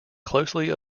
closely